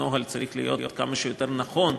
הנוהל צריך להיות מה שיותר נכון: